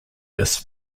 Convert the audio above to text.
this